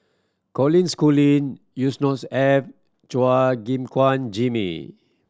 Colin Schooling Yusnor's Ef Chua Gim Guan Jimmy